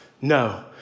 No